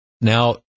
Now